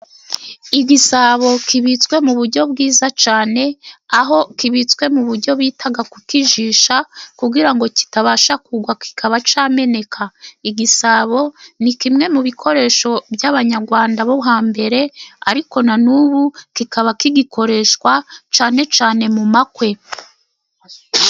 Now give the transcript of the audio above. Igisabo kibitswe mu buryo bwiza cyane aho kibitswe mu buryo bita kukijisha kugira ngo kitabasha kugwa kikaba cyameneka. Igisabo ni kimwe mu bikoresho by'abanyarwanda bo hambere ariko na nubu kikaba kigikoreshwa cyane cyane mu makwe.